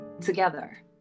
together